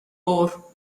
ore